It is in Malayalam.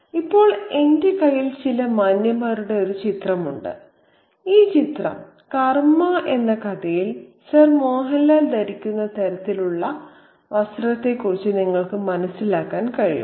ഇപ്പോൾ എന്റെ കയ്യിൽ ചില മാന്യന്മാരുടെ ഒരു ചിത്രമുണ്ട് ഈ ചിത്രം കർമ എന്ന കഥയിൽ സർ മോഹൻലാൽ ധരിക്കുന്ന തരത്തിലുള്ള വസ്ത്രത്തെക്കുറിച്ച് നിങ്ങൾക്ക് മനസ്സിലാക്കാൻ കഴിയും